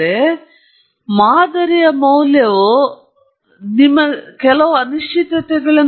ಆದ್ದರಿಂದ ನೀವು ಮಾದರಿಯ ಅರ್ಥವನ್ನು ಹೊಂದಿದ್ದೀರಿ ಅದು ನಿಮಗೆ ಸಾಧ್ಯವಾದಷ್ಟು ಸಂಭವನೀಯ ಮಾದರಿಯ ವಿಧಾನವಾಗಿದೆ